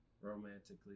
romantically